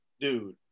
dude